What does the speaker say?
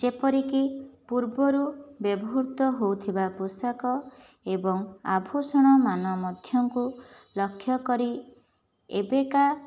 ଯେପରିକି ପୂର୍ବରୁ ବ୍ୟବହୃତ ହେଉଥିବା ପୋଷାକ ଏବଂ ଆଭୂଷଣମାନ ମଧ୍ୟଙ୍କୁ ଲକ୍ଷ୍ୟ କରି ଏବେକା